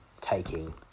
taking